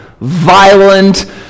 violent